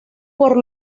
por